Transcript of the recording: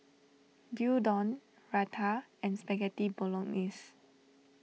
Gyudon Raita and Spaghetti Bolognese